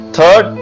Third